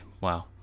wow